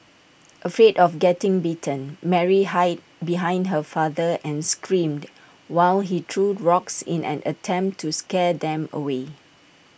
afraid of getting bitten Mary hid behind her father and screamed while he threw rocks in an attempt to scare them away